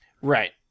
Right